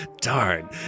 Darn